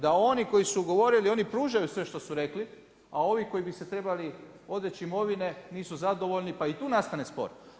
Da oni koji su govorili, oni pružaju sve što su rekli, a ovi koji bi se trebali odreći imovine, nisu zadovoljni, pa i tu nastane spor.